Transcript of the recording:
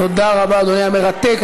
תודה רבה, אדוני, היה מרתק.